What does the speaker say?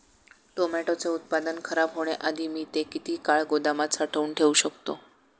टोमॅटोचे उत्पादन खराब होण्याआधी मी ते किती काळ गोदामात साठवून ठेऊ शकतो?